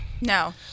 No